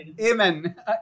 Amen